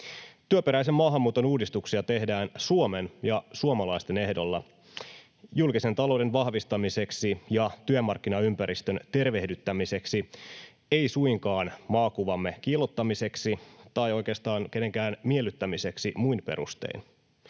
Työperäisen maahanmuuton uudistuksia tehdään Suomen ja suomalaisten ehdolla julkisen talouden vahvistamiseksi ja työmarkkinaympäristön tervehdyttämiseksi, ei suinkaan maakuvamme kiillottamiseksi tai oikeastaan kenenkään miellyttämiseksi muin perustein.